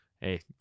Hey